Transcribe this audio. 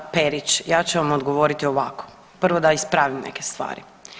Perić, ja ću vam odgovoriti ovako, prvo da ispravim neke stvari.